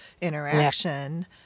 interaction